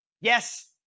Yes